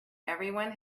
everyone